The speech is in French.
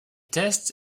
tests